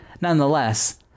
Nonetheless